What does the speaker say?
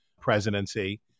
presidency